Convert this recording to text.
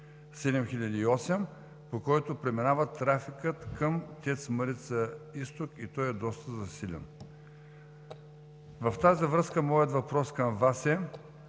на път III-7008, по който преминава трафикът към ТЕЦ „Марица-изток“ и той е доста засилен. В тази връзка моят въпрос към Вас е: